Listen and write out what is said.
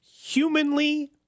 humanly